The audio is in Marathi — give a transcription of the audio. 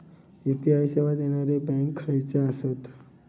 यू.पी.आय सेवा देणारे बँक खयचे आसत?